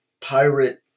pirate